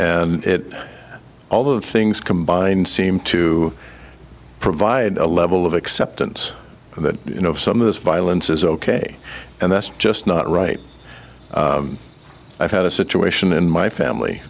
and all the things combined seem to provide a level of acceptance that you know some of this violence is ok and that's just not right i've had a situation in my family